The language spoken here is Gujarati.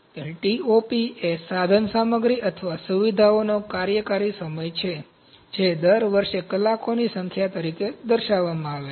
તેથી Top એ સાધનસામગ્રી અથવા સુવિધાઓનો કાર્યકારી સમય છે જે દર વર્ષે કલાકોની સંખ્યા તરીકે દર્શાવવામાં આવે છે